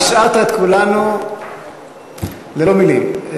השארת את כולנו ללא מילים.